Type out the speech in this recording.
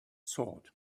sword